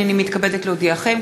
הנני מתכבדת להודיעכם,